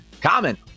comment